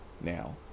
Now